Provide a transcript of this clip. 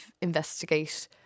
investigate